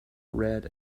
red